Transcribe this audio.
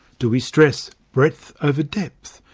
do we stress breadth over depth,